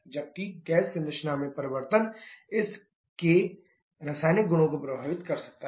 जबकि गैस संरचना में परिवर्तन इस के रासायनिक गुणों को प्रभावित कर सकता है